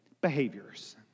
behaviors